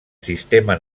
sistema